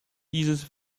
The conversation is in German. dieses